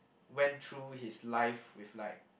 went through his life with like